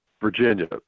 Virginia